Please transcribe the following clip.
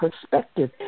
perspective